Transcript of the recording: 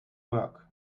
work